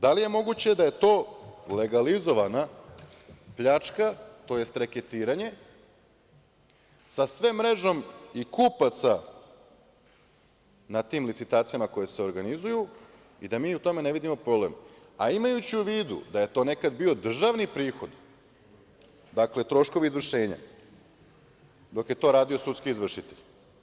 Da li je moguće da je to legalizovana pljačka, tj. reketiranje sa sve mrežom kupaca na tim licitacijama koje se organizuju i da mi u tome ne vidimo problem, a imajući u vidu da je to nekad bio državni prihod, dakle, troškovi izvršenja, dok je to radio sudski izvršitelj.